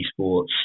esports